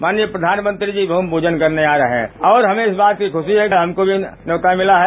माननीय प्रधानमंत्री जी भूमि पूजन करने आ रहे हैं और हमें इस बात की खुशी है कि हमको भी न्यौता मिला है